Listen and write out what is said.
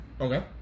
okay